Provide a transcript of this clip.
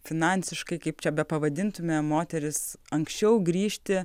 finansiškai kaip čia bepavadintume moteris anksčiau grįžti